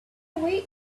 way